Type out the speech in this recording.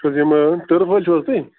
تُہۍ چھُو حظ یِم اۭں ٹٕرٕف وٲلۍ چھُو حظ تُہۍ